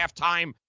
halftime